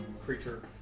creature